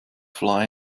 fly